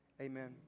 amen